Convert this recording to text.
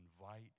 invite